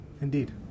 Indeed